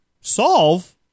solve